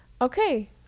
okay